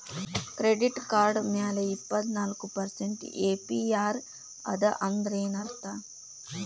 Credit card ಮ್ಯಾಲೆ ಇಪ್ಪತ್ನಾಲ್ಕ್ percent APR ಅದ ಅಂದ್ರೇನ್ ಅರ್ಥ?